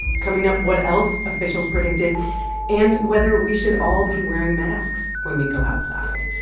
coming up, what else officials predicted and whether we should all be wearing masks when we go outside.